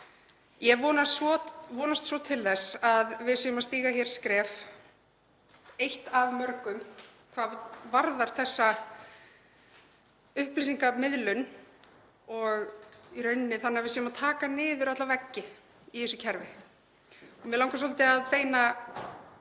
Ég vonast svo til þess að við séum að stíga hér skref, eitt af mörgum, hvað varðar þessa upplýsingamiðlun og í rauninni þannig að við séum að taka niður veggi í þessu kerfi. Mig langar svolítið að beina